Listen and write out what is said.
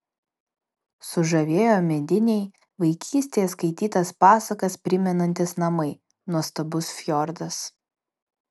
sužavėjo mediniai vaikystėje skaitytas pasakas primenantys namai nuostabus fjordas